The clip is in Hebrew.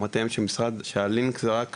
אמרתי להם שהלינק זה רק